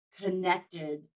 connected